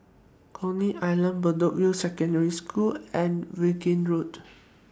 Coney Island Bedok View Secondary School and Vaughan Road